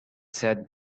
said